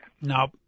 Nope